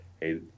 Hey